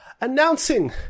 Announcing